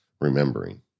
remembering